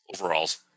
Overalls